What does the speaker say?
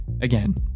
again